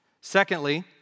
Secondly